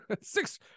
six